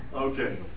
Okay